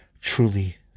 truly